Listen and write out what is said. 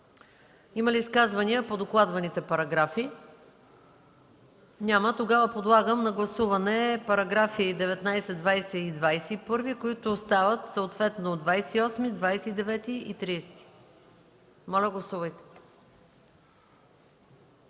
Има ли изказвания по докладваните параграфи? Няма. Подлагам на гласуване параграфи 19, 20 и 21, които стават съответно параграфи 28, 29 и 30. Моля, гласувайте.